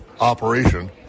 operation